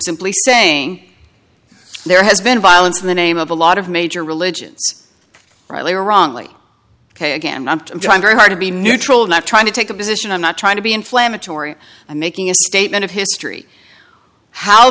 simply saying there has been violence in the name of a lot of major religions rightly or wrongly ok again i'm trying very hard to be neutral not trying to take a position i'm not trying to be inflammatory i'm making a statement of history how